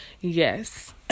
yes